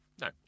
No